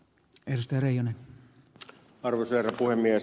arvoisa herra puhemies